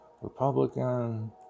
Republican